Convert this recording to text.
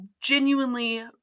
genuinely